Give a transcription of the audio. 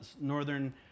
northern